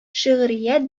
шигърият